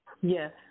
Yes